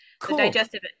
digestive